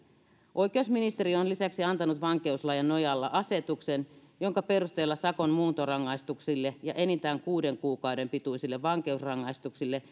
oikeusministeriö on lisäksi antanut vankeuslain nojalla asetuksen jonka perusteella sakon muuntorangaistuksille ja enintään kuuden kuukauden pituisille vankeusrangaistuksille